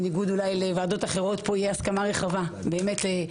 בניגוד אולי לוועדות אחרות פה תהיה הסכמה רחבה לכולם,